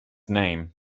name